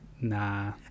nah